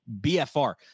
BFR